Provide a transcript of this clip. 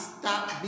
stop